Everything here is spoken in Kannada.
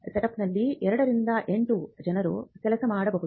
ಸೆಟಪ್ನಲ್ಲಿ 2 ರಿಂದ 8 ಜನರು ಕೆಲಸ ಮಾಡಬಹುದು